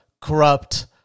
corrupt